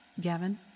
Gavin